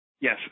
Yes